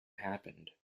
happened